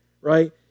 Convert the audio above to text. right